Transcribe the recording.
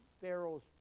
Pharaoh's